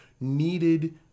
needed